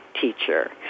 teacher